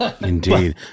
Indeed